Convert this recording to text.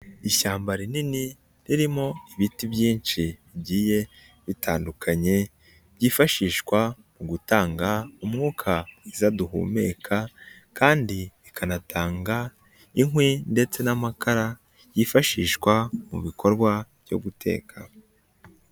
Ishyamba rinini ririmo ibiti byinshi bigiye bitandukanye byifashishwa mu gutanga umwuka mwiza duhumeka kandi ikanatanga inkwi ndetse n'amakara yifashishwa mu bikorwa byo guteka.